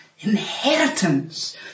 inheritance